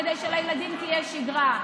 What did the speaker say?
כדי שלילדים תהיה שגרה.